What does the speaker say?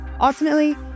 Ultimately